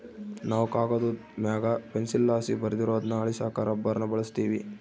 ನಾವು ಕಾಗದುದ್ ಮ್ಯಾಗ ಪೆನ್ಸಿಲ್ಲಾಸಿ ಬರ್ದಿರೋದ್ನ ಅಳಿಸಾಕ ರಬ್ಬರ್ನ ಬಳುಸ್ತೀವಿ